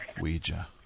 Ouija